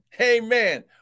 Amen